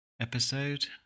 episode